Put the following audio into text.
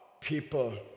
people